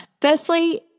Firstly